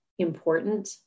important